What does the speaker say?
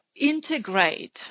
integrate